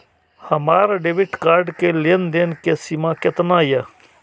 हमार debit card के लेन देन के सीमा केतना ये?